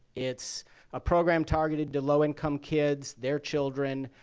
it's a program targeted to low-income kids, their children.